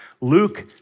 Luke